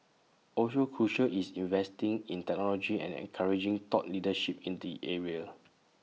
also crucial is investing in technology and encouraging thought leadership in the area